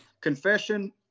Confession